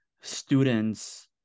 students